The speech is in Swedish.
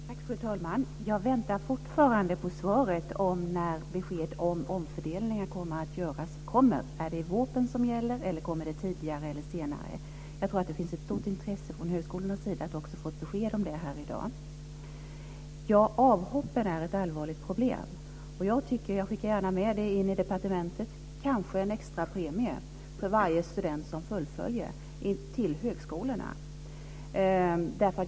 Fru talman! Jag väntar fortfarande på svar på frågan när besked kommer om när omfördelningen kommer att göras. Är det vårpropositionen som gäller, eller kommer beskedet tidigare eller senare? Jag tror att det finns ett stort intresse också från högskolornas sida att få ett besked här i dag. Ja, avhoppen är ett allvarligt problem. Jag föreslår - det skickar jag gärna med till departementet - en extra premie för varje student som fullföljer studierna på högskolorna.